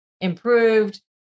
improved